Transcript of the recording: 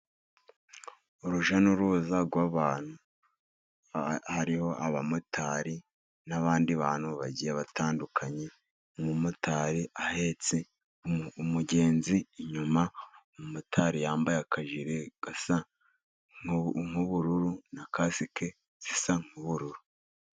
Uruj n'uruza rw'abantu hariho abamotari, n'abandi bantu bagiye batandukanye. Umumotari ahetse umugenzi inyuma, umumotari yambaye akajire gasa nk'ubururu na kasike zisa nk'ubururu.